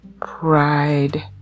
pride